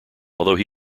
although